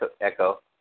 echo